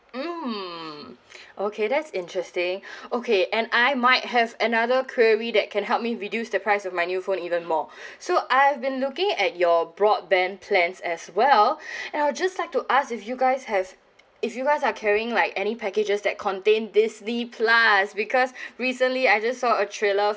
mm okay that's interesting okay and I might have another query that can help me reduce the price of my new phone even more so I've been looking at your broadband plans as well and I'll just like to ask if you guys have if you guys are carrying like any packages that contain disney plus because recently I just saw a trailer